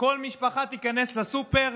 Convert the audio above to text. כל משפחה תיכנס לסופר